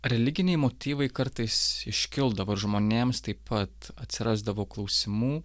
religiniai motyvai kartais iškildavo žmonėms taip pat atsirasdavo klausimų